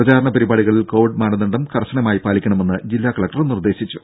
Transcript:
പ്രചാരണ പരിപാടികളിൽ കോവിഡ് മാനദണ്ഡം കർശനമായി പാലിക്കണമെന്ന് ജില്ലാ കലക്ടർ നിർദേശിച്ചു